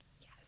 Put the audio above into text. Yes